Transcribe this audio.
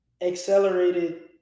accelerated